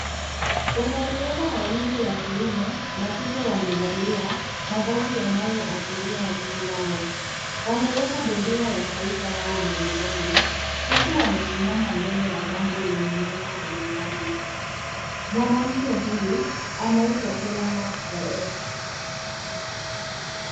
Wanariadha wawili wa kiume na kike wamevalia mavazi yanayoashiria nchi yao. Wameweka bendera ya taifa lao mabegani huku wamesimama mbele ya bango lenye nembo mbalimbali. Mwanamke huyu anaitwa Chelang'at Koech.